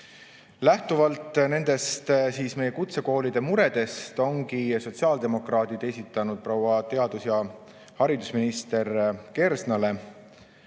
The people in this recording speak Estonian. Lähtuvalt meie kutsekoolide muredest ongi sotsiaaldemokraadid esitanud proua haridus‑ ja teadusminister Kersnale